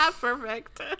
perfect